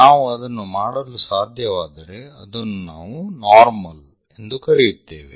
ನಾವು ಅದನ್ನು ಮಾಡಲು ಸಾಧ್ಯವಾದರೆ ಅದನ್ನು ನಾವು ನಾರ್ಮಲ್ ಎಂದು ಕರೆಯುತ್ತೇವೆ